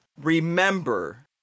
remember